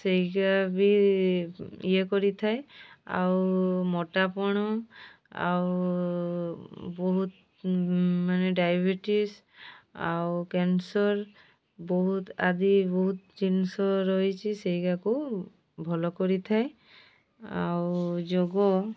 ସେଇଟା ବି ଇଏ କରିଥାଏ ଆଉ ମୋଟାପଣ ଆଉ ବହୁତ ମାନେ ଡାଇବେଟିସ୍ ଆଉ କ୍ୟାନସର୍ ବହୁତ ଆଦି ବହୁତ ଜିନିଷ ରହିଚି ସେଇଗାକୁ ଭଲ କରିଥାଏ ଆଉ ଯୋଗ